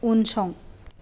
उनसं